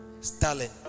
Stalin